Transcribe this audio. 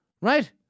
right